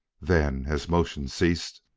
then, as motion ceased,